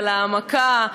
על ההעמקה.